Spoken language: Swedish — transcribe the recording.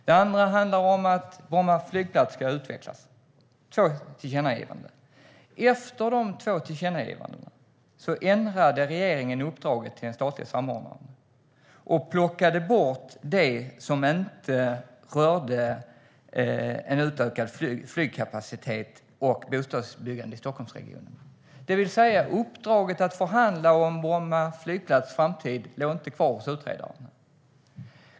Det andra handlar om att Bromma flygplats ska utvecklas. Efter dessa två tillkännagivanden ändrade regeringen uppdraget till den statliga samordnaren och tog bort det som inte rörde utökad flygkapacitet och bostadsbyggande i Stockholmsregionen, det vill säga att uppdraget att förhandla om Bromma flygplats framtid inte låg kvar hos utredaren.